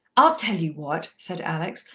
i'll tell you what! said alex.